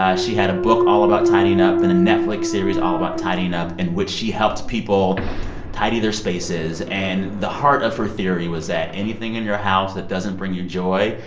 ah she had a book all about tidying up and a netflix series all about tidying up, in which she helped people tidy their spaces. and the heart of her theory was that anything in your house that doesn't bring you joy.